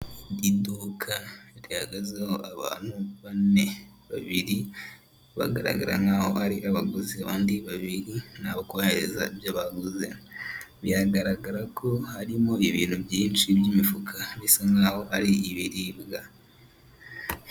Iduka rihagazeho abantu bane, babiri bagaragara nk'aho ari abaguzi, abandi babiri ni abo kubahereza ibyo baguze, biragaragara ko harimo ibintu buyinshi by'imifuka bisa n'aho ari iibiribwa.